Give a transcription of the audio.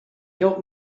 help